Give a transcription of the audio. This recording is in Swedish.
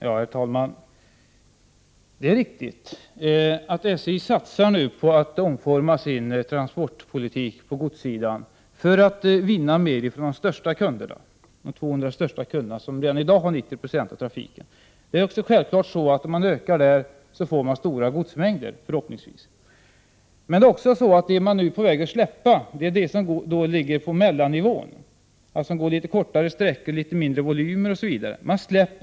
Herr talman! Det är riktigt att SJ nu satsar på att omforma sin transportpolitik när det gäller godssidan i syfte att vinna fler av de 200 stora kunderna, vilka redan i dag har 90 20 av godstrafiken. Det är också självklart att om SJ utökar godstrafiken, får man — förhoppningsvis — stora godsmängder. Den godstrafik som ligger på mellannivå, dvs. den som går kortare sträckor, har mindre volym osv., är man nu beredd att släppa.